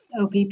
opp